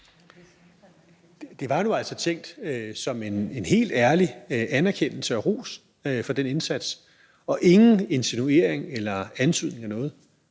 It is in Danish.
Det var nu altså tænkt som en helt ærlig anerkendelse og ros for den indsats og ikke som nogen insinuation eller antydning af noget.